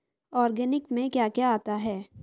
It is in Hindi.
ऑर्गेनिक में क्या क्या आता है?